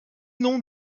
non